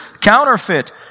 counterfeit